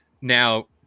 now